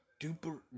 Duper